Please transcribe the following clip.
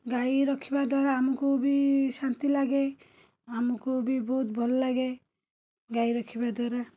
ଗାଈ ରଖିବା ଦ୍ଵାରା ଆମକୁ ବି ଶାନ୍ତିଲାଗେ ଆମକୁ ବି ବହୁତ ଭଲ ଲାଗେ ଗାଈ ରଖିବା ଦ୍ଵାରା